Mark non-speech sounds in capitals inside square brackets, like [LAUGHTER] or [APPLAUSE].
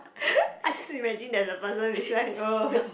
[LAUGHS] I just imagine that the person is like oh